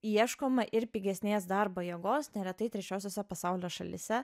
ieškoma ir pigesnės darbo jėgos neretai trečiosiose pasaulio šalyse